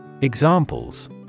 Examples